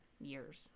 years